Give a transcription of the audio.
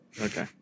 Okay